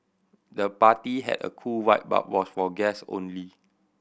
the party had a cool vibe but was for guest only